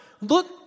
Look